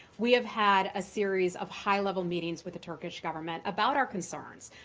we have had a series of high-level meetings with the turkish government about our concerns,